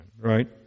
Right